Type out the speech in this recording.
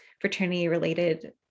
fraternity-related